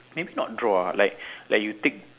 maybe not draw ah like like you take